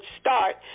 start